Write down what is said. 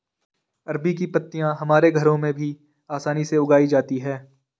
अरबी की पत्तियां हमारे घरों में भी आसानी से उगाई जाती हैं